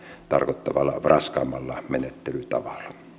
tarkoittamalla raskaammalla menettelytavalla